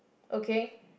okay